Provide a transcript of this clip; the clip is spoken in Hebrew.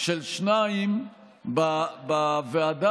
של שניים בוועדה,